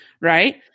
Right